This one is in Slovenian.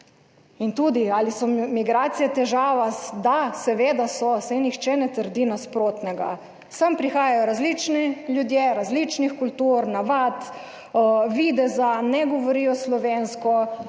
Tudi ali so migracije težava? Da, seveda so. Saj nihče ne trdi nasprotnega. Sem prihajajo različni ljudje, različnih kultur, navad, videza, ne govorijo slovensko.